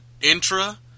intra